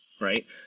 right